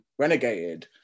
renegated